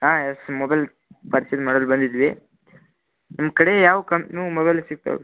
ಹಾಂ yes mobile ನಿಮ್ಮ ಕಡೆ ಯಾವ ಕಂಪ್ನಿನೂ ಮೊಬೈಲ್ ಸಿಗ್ತವೆ